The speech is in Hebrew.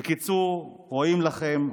בקיצור, רואים לכם.